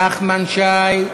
נחמן שי,